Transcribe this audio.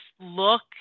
look